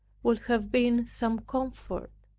would have been some comfort.